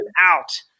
out